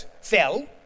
fell